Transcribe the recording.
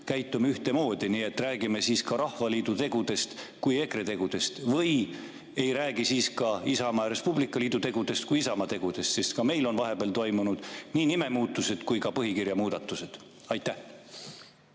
käitume ühtemoodi, nii et me räägime Rahvaliidu tegudest kui EKRE tegudest või siis ei räägi Isamaa ja Res Publica Liidu tegudest kui Isamaa tegudest, sest ka meil on vahepeal toimunud nii nimemuutused kui ka põhikirja muudatused. Jah,